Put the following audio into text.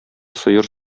сыер